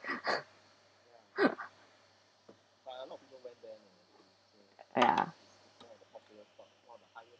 ya